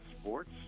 Sports